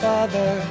Father